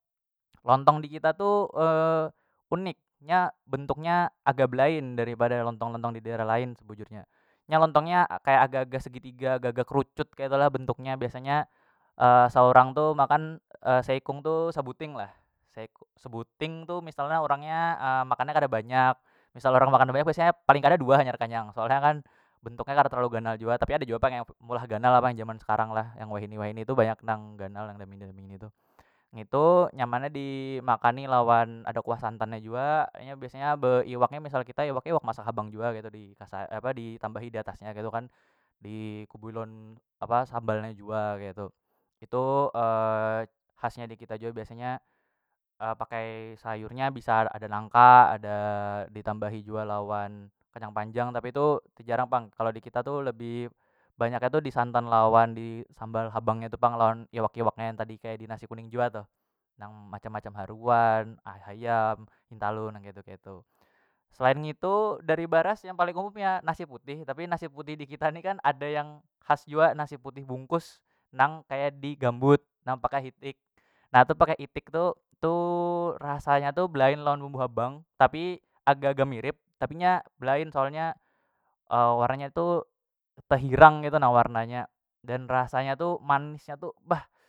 Lontong dikita tu unik nya bentuk nya agak belain dari pada lontong- lontong di daerah lain sebujurnya, nya lontong nya kaya agak- agak segitiga agak- agak kerucut ketu lah bentuk nya biasanya seorang tu makan seikung tu sebuting lah sebuting tu misalnya orangnya makannya kada banyak misal orang makan kada banyak biasanya paling kada dua hanyar kanyang soalnya kan bentuknya kada terlalu ganal jua tapi ada jua pang meulah ganal apa jaman sekarang lah yang wahini- wahini tu banyak nang ganal tu ngitu nyamannya di makani lawan ada kuah santan nya jua nya biasanya beiwaknya misal kita iwak masak habang jua ketu dikasa apa di tambahi diatas nya ketu kan di kubui lawan apa sambal nya jua ketu, itu khas nya jua dikita pakai sayurnya bisa ada nangka ada ditambahi jua lawan kacang panjang tapi itu tejarang pang kalo di kita tu lebih banyak nya tu disantan lawan di sambal habangnya tu lawan iwak- iwaknya yang tadi kaya di nasi kuning jua tuh nang macam- macam haruan hayam hintalu nang ketu- ketu selain ngitu dari baras yang paling kuhupnya nasi putih tapi nasi putih di kita ni kan ada khas jua nasi putih bungkus nang kaya di gambut nang pakai hitik na tu pakai itik tu tu rasanya tu belain lawan bumbu habang tapi agak- agak mirip tapi nya belain soalnya warnanya tu pehirang ketu na warnanya dan rasanya tu manis nya tu bah.